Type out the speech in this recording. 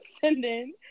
sending